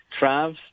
Travs